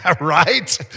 Right